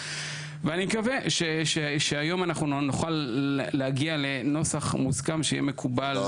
ואני מקווה שהיום אנחנו נוכל להגיע לנוסח מוסכם שיהיה מקובל,